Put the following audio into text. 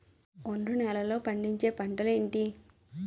ఒండ్రు నేలలో పండించే పంటలు ఏంటి?